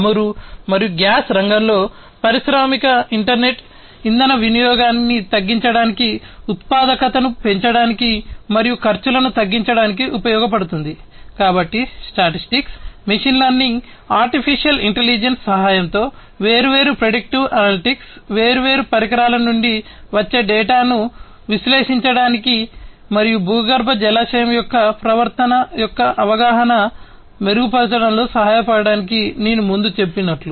చమురు వేర్వేరు పరికరాల నుండి వచ్చే డేటాను విశ్లేషించడానికి మరియు భూగర్భ జలాశయం యొక్క ప్రవర్తన యొక్క అవగాహనను మెరుగుపరచడంలో సహాయపడటానికి నేను ముందు చెప్పినట్లు